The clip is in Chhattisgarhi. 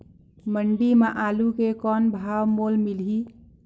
मंडी म आलू के कौन भाव मोल मिलही?